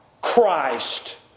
Christ